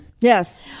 Yes